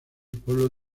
pueblo